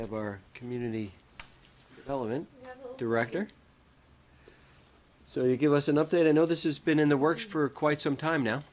have our community element director so you give us enough to know this is been in the works for quite some time now